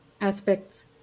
aspects